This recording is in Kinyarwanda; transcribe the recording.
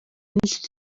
n’inshuti